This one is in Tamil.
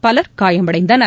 பலர் காயமடைந்தனர்